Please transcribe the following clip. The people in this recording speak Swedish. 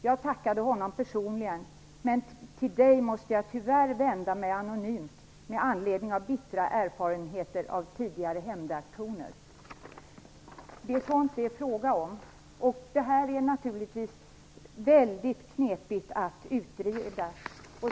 Hon tackade honom personligen, men hon skriver att hon till mig tyvärr måste vända sig anonymt, med anledning av bittra erfarenheter av tidigare hämndreaktioner. Det är sådant som det är fråga om. Detta är naturligtvis mycket knepigt att utreda.